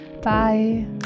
Bye